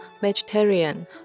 Vegetarian